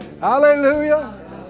Hallelujah